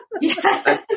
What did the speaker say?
Yes